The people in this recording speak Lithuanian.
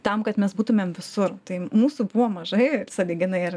tam kad mes būtumėm visur tai mūsų buvo mažai sąlyginai ir